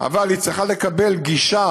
אבל היא צריכה לקבל גישה